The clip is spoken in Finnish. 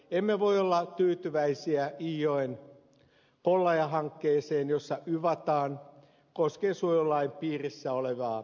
emme voi olla tyytyväisiä iijoen kollaja hankkeeseen jossa yvataan koskiensuojelulain piirissä olevaa koskiosuutta